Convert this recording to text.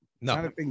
No